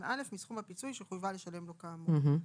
(א) מסכום הפיצוי שחויבה לשלם לו כאמור.